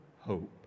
hope